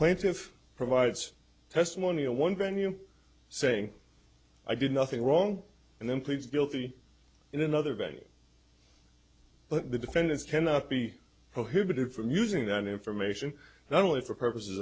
plaintiff provides testimony of one venue saying i did nothing wrong and then pleads guilty in another venue but the defendants cannot be prohibited from using that information not only for purposes